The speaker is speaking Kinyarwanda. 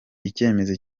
icyemezo